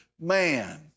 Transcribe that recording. man